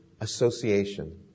association